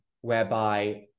whereby